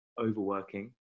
overworking